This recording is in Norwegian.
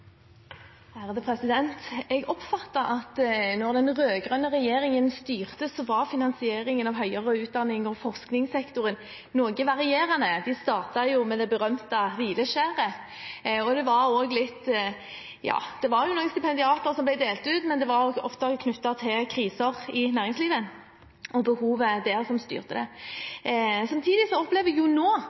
Jeg oppfatter det slik at da den rød-grønne regjeringen styrte, var finansieringen av høyere utdannings- og forskningssektoren noe varierende. De startet med det berømte hvileskjæret, og det var også noen stipendiater som ble delt ut, men det var ofte kriser i næringslivet og behovet der som styrte det. Samtidig opplever vi nå